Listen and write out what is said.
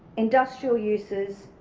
industrial uses,